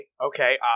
Okay